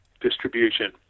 distribution